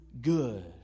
good